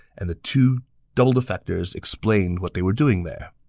and the two double-defectors explained what they were doing there